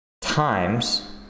times